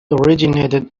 originated